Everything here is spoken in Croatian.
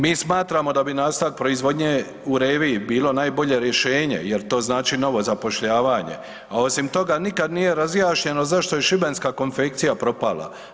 Mi smatramo da bi nastavak proizvodnje u Reviji bilo najbolje rješenje jer to znači novo zapošljavanje, a osim toga nikad nije razjašnjeno zašto je šibenska konfekcija propala?